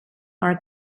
are